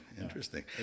Interesting